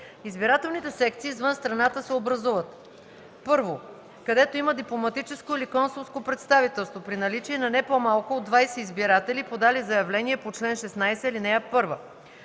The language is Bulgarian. Избирателните секции извън страната се образуват: 1. където има дипломатическо или консулско представителство – при наличие на не по-малко от 20 избиратели, подали заявление по чл. 16, ал. 1;